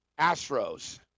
Astros